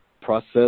process